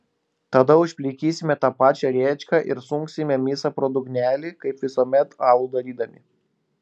tada užplikysime tą pačią rėčką ir sunksime misą pro dugnelį kaip visuomet alų darydami